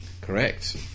Correct